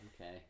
okay